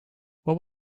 what